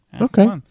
Okay